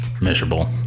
miserable